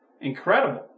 Incredible